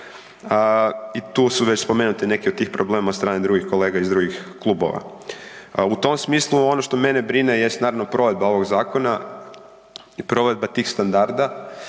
i tu su već spomenute neke od tih problema od strane drugih kolega iz drugih klubova. U tom smislu ono što mene brine jest naravno provedba ovog zakona i provedba tih standarda,